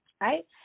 Right